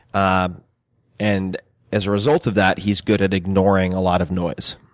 ah and as a result of that, he's good at ignoring a lot of noise.